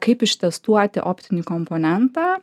kaip ištestuoti optinį komponentą